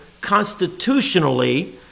constitutionally